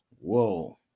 whoa